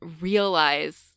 realize